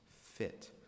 fit